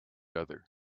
other